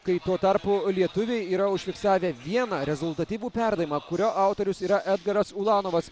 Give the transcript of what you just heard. kai tuo tarpu lietuviai yra užfiksavę vieną rezultatyvų perdavimą kurio autorius yra edgaras ulanovas